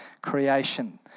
creation